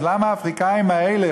אז למה האפריקנים האלה,